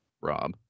Rob